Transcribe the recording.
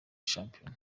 shampiyona